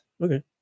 Okay